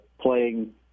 playing